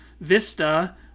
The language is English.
Vista